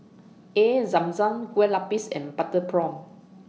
Air Zam Zam Kueh Lupis and Butter Prawn